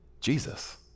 Jesus